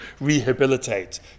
rehabilitate